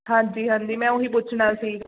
ਹਾਂਜੀ ਹਾਂਜੀ ਮੈਂ ਉਹੀ ਪੁੱਛਣਾ ਸੀ